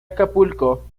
acapulco